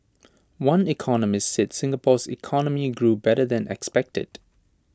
one economist said Singapore's economy grew better than expected